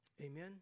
Amen